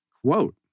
Quote